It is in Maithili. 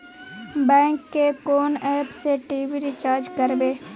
बैंक के कोन एप से टी.वी रिचार्ज करबे?